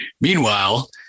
meanwhile